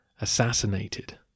assassinated